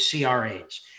CRAs